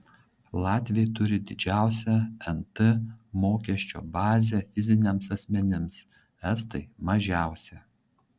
latviai turi didžiausią nt mokesčio bazę fiziniams asmenims estai mažiausią